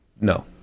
no